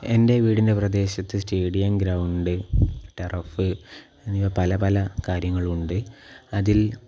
എൻ്റെ വീടിൻ്റെ പ്രദേശത്ത് സ്റ്റേഡിയം ഗ്രൗണ്ട് ടർഫ് എന്നിവ പല പല കാര്യങ്ങളും ഉണ്ട് അതിൽ